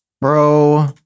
Bro